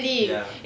ya